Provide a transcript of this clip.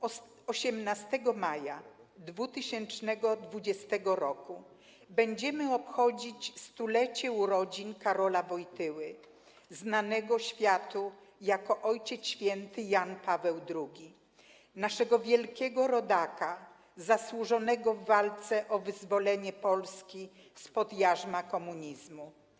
18 maja 2020 roku będziemy obchodzić stulecie urodzin Karola Wojtyły, znanego światu jako Ojciec Święty Jan Paweł II, naszego wielkiego rodaka zasłużonego w walce o wyzwolenie Polski spod jarzma komunizmu.